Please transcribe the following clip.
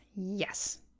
Yes